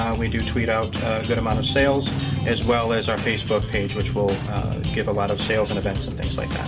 um we do tweet out a good amount of sales as well as our facebook page, which will give a lot of sales and events and things like